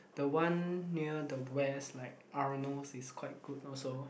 the one near the west like Arnold's is quite good also